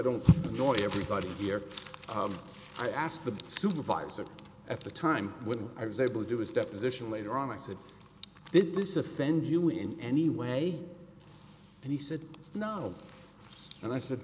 don't know everybody here i asked the supervisor at the time when i was able to do his deposition later on i said did this offend you in any way and he said no and i said